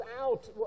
out